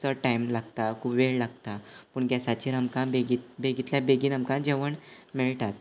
चड टायम लागता खूब वेळ लागता पूण गॅसाचेर आमकां बेगींतल्या बेगीन आमकां जेवण मेळटा